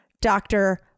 Doctor